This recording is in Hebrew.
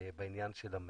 בעניין של המייל.